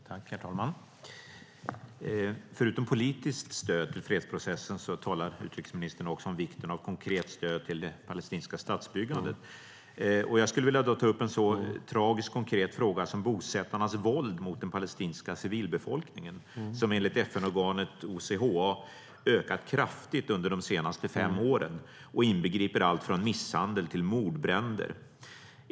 Herr talman! Förutom politiskt stöd till fredsprocessen talar utrikesministern om vikten av konkret stöd till det palestinska statsbyggandet. Jag skulle då vilja ta upp en så tragiskt konkret fråga som bosättarnas våld mot den palestinska civilbefolkningen, som enligt FN-organet OCHA har ökat kraftigt under de senaste fem åren och inbegriper allt från misshandel till mordbränder.